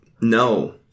No